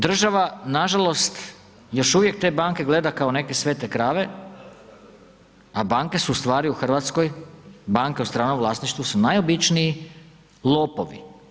Država nažalost još uvijek te banke gleda kao neke svete krave, a banke su u stvari u RH, banke u stranom vlasništvu su najobičniji lopovi.